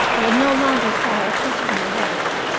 i would no longer pry or question or watch.